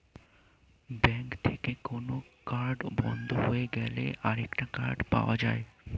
bank থেকে কোন card বন্ধ হয়ে গেলে আরেকটা কার্ড পাওয়া যায়